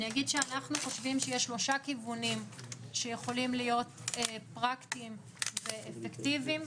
שלושה כיוונים שיכולים להיות פרקטים ואפקטיביים,